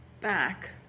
back